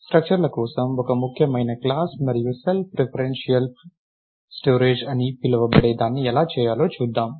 స్ట్రక్చర్ల కోసం ఒక ముఖ్యమైన క్లాస్ మరియు సెల్ఫ్ రెఫరెన్షియల్ స్టోరేజ్ అని పిలువబడే దాన్ని ఎలా చేయాలో చూద్దాం